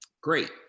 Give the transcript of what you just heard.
Great